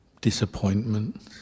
disappointment